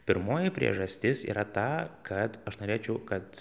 pirmoji priežastis yra ta kad aš norėčiau kad